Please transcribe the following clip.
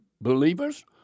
Believers